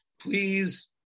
please